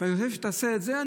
אני חושב שאם תעשה את זה,